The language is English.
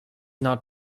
not